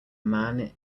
man